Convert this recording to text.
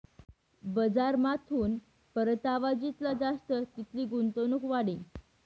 बजारमाथून परतावा जितला जास्त तितली गुंतवणूक वाढी